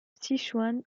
sichuan